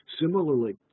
Similarly